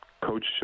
coach